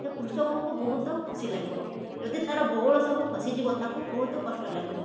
ସେ କୃଷକକୁ ବହୁତ ଖୁସି ଲାଗିବ ଯଦି ତାର ବଉଳ ସବୁ ଖସିଯିବ ତାକୁ ବହୁତ କଷ୍ଟ ଲାଗିବ